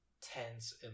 tense